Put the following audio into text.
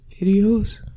videos